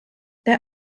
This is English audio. there